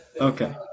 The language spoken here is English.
Okay